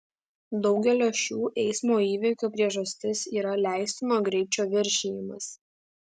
daugelio šių eismo įvykių priežastis yra leistino greičio viršijimas